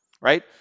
right